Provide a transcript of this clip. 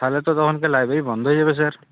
তাহলে তো তখনকে লাইব্রেরি বন্ধ হয়ে যাবে স্যার